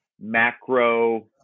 macro